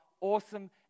awesome